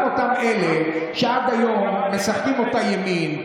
גם אלה שעד היום משחקים אותה ימין,